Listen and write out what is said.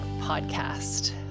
podcast